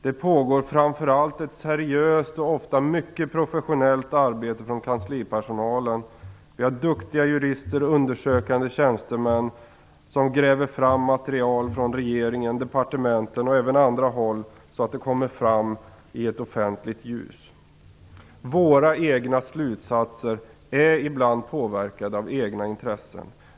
Det pågår framför allt ett seriöst och ofta mycket professionellt arbete från kanslipersonalen. Vi har duktiga jurister och undersökande tjänstemän som gräver fram material från regeringen, departementen och även från andra håll så att det kommer fram i ett offentligt ljus. Våra egna slutsatser är ibland påverkade av egna intressen.